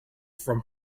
from